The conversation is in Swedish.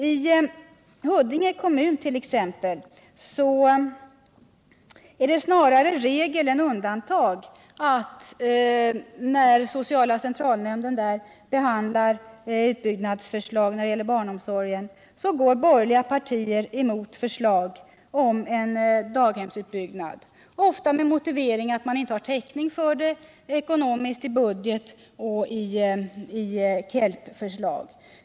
I Huddinge kommun t.ex. är det snarare regel än undantag att borgerliga partier, när sociala centralnämnden behandlar förslag om utbyggnad av barnomsorgen, går emot sådana förslag, ofta med motivering att man inte har täckning för det i budget och i KELP-förslag.